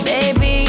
Baby